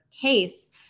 case